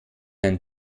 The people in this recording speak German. ein